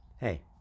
Hey